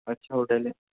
اچھا ہوٹل ہے